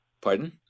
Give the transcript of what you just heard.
Pardon